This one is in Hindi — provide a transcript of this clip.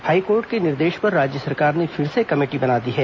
हाईकोर्ट के निर्देश पर राज्य सरकार ने फिर से कमेटी बना दी है